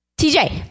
TJ